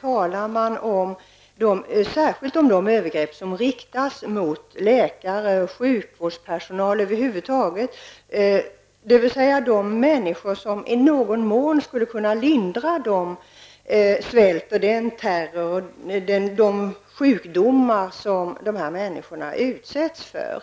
talas särskilt om de övergrepp som riktas mot läkare och sjukvårdspersonal över huvud taget -- dvs. de människor som i någon mån skulle kunna lindra den svält, den terror och de sjukdomar som de här människorna utsätts för!